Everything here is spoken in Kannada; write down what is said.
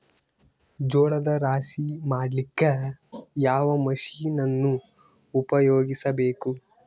ಜೋಳದ ರಾಶಿ ಮಾಡ್ಲಿಕ್ಕ ಯಾವ ಮಷೀನನ್ನು ಉಪಯೋಗಿಸಬೇಕು?